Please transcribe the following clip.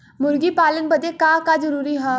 मुर्गी पालन बदे का का जरूरी ह?